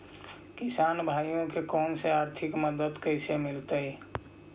किसान भाइयोके कोन से आर्थिक मदत कैसे मीलतय?